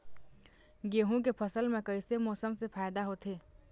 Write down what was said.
गेहूं के फसल म कइसे मौसम से फायदा होथे?